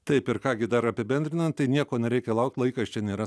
taip ir ką gi dar apibendrinant tai nieko nereikia laukt laikas čia nėra